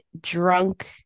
drunk